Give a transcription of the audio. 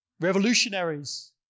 Revolutionaries